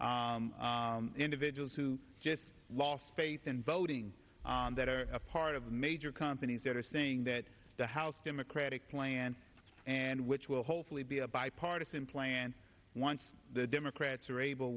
t individuals who just lost face in voting that are part of the major companies that are saying that the house democratic plan and which will hopefully be a bipartisan plan once the democrats are able